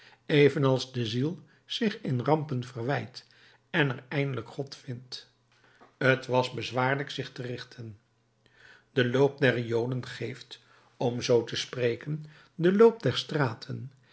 evenals de ziel zich in rampen verwijdt en er eindelijk god vindt t was bezwaarlijk zich te richten de loop der riolen geeft om zoo te spreken den loop der straten